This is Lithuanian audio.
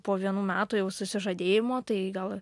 po vienų metų jau susižadėjimo tai gal